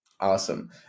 Awesome